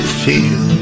feel